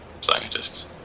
scientists